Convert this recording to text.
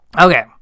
okay